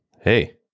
hey